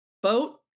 Boat